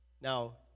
Now